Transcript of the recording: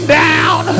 down